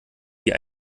wie